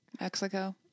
Mexico